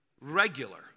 Regular